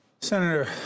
Senator